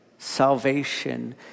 salvation